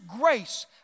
grace